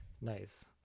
nice